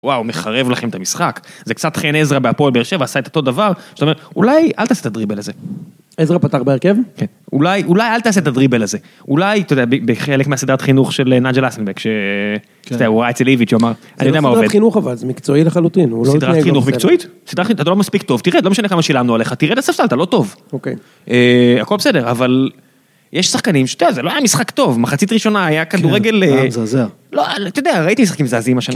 וואו, מחרב לכם את המשחק, זה קצת חן עזרא בהפועל באר שבע, עשה את אותו דבר, זאת אומרת, אולי אל תעשה את הדריבל הזה. עזרא פתח בהרכב? כן. אולי אל תעשה את הדריבל הזה. אולי, אתה יודע, בחלק מהסדרת חינוך של נג'ל אסנבק, ש... סתם, הוא היה אצל איביץ', הוא אמר, אני יודע מה עובד. זה לא סדרת חינוך, אבל זה מקצועי לחלוטין. סדרת חינוך מקצועית? סדרת חינוך, אתה לא מספיק טוב, תראה, לא משנה כמה שילמנו עליך, תרד לספסל, לא טוב. אוקיי. הכל בסדר, אבל... יש שחקנים שאתה יודע, זה לא היה משחק טוב, מחצית ראשונה היה כדורגל... כן, זה היה מזעזע. לא, אתה יודע, ראיתי משחקים מזעזים השנה.